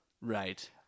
Right